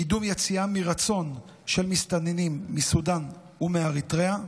לקידום יציאה מרצון של מסתננים מסודן ומאריתריאה